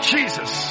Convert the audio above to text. Jesus